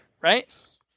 right